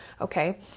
okay